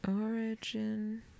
origin